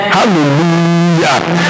Hallelujah